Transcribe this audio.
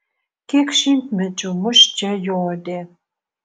kiek šimtmečių mus čia jodė